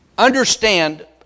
Understand